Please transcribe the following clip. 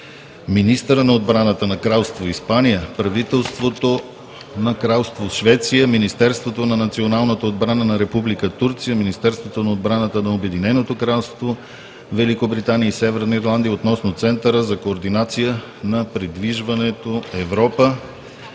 министъра на отбраната на Кралство Испания, Правителството на Кралство Швеция, Министерството на националната отбрана на Република Турция, Министерството на отбраната на Обединеното кралство Великобритания и Северна Ирландия относно Центъра за координация на придвижването „Европа“.